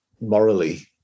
morally